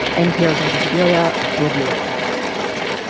npr's invisibilia. we'll be right back